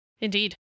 indeed